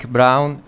Brown